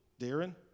Darren